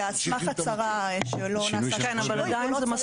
זה על סמך הצהרה שלא נעשה שינוי, ולא צריך